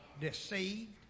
Deceived